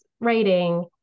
writing